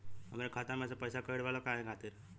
हमरे खाता में से पैसाकट गइल बा काहे खातिर?